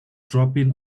dropping